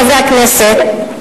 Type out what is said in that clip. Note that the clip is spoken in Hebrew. חברי הכנסת,